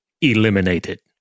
eliminated